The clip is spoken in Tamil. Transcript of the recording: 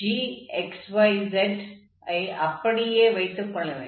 gx y z ஐ அப்படியே வைத்துக் கொள்ள வேண்டும்